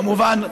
כמובן,